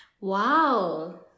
Wow